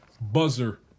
buzzer